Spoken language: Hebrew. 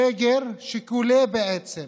סגר שכולא בעצם